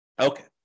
Okay